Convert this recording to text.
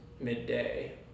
midday